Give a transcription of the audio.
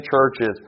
churches